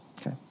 okay